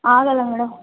ಆಗೋಲ್ಲ ಮೇಡಮ್